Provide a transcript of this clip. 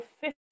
fifth